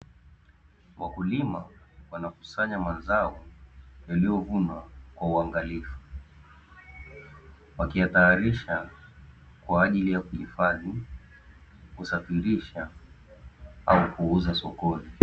Wakulima wanakusanya mazao yaliyovunwa kwa uangalifu, wakiyatayarisha kwa ajili ya kuhifadhi, kusafirisha, au kuuza sokoni.